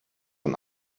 und